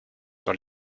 dans